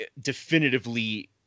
definitively